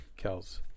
Kels